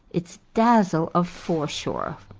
its dazzle of foreshore.